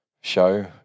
show